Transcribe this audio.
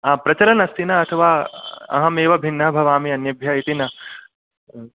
प्रचलन् अस्ति न अथवा अहमेव भिन्ना भवामि अन्येभ्यः इति न